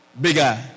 Bigger